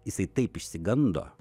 jisai taip išsigando